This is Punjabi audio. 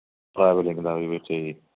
ਪਬਲਿਕ ਦਾ ਵੀ ਵਿੱਚੇ ਜੀ